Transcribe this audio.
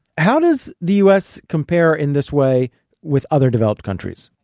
how does the u s. compare in this way with other developed countries?